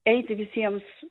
eiti visiems